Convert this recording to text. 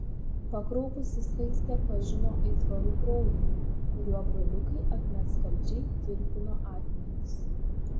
pakraupusi skaistė pažino aitvarų kraują kuriuo broliukai akmenskaldžiai tirpino akmenis